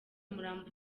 umurambo